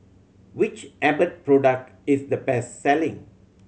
which Abbott product is the best selling